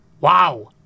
Wow